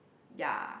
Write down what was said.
ya